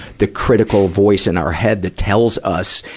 the critical voice in our head that tells us,